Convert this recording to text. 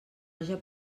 haja